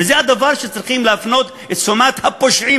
וזה הדבר שאליו צריך להפנות את תשומת לב הפושעים